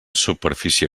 superfície